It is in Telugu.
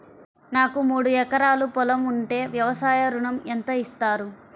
నాకు మూడు ఎకరాలు పొలం ఉంటే వ్యవసాయ ఋణం ఎంత ఇస్తారు?